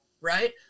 Right